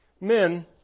Men